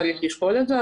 צריך לשקול את זה,